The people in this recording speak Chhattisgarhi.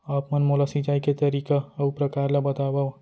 आप मन मोला सिंचाई के तरीका अऊ प्रकार ल बतावव?